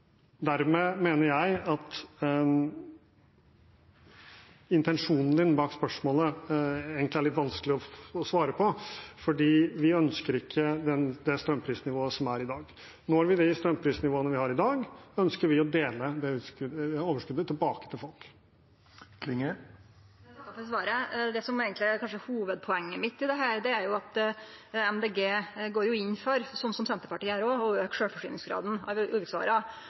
Dermed mener jeg at intensjonen bak spørsmålet egentlig er litt vanskelig å svare på, for vi ønsker ikke det strømprisnivået som er i dag. Når vi de strømprisnivåene vi har i dag, ønsker vi å dele det overskuddet tilbake til folk. Eg takkar for svaret. Det som kanskje er hovudpoenget mitt i dette, er at Miljøpartiet Dei Grøne går inn for, som Senterpartiet òg gjer, å auke sjølvforsyningsgraden av